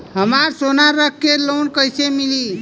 हमरा सोना रख के लोन कईसे मिली?